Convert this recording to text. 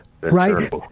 Right